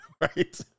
right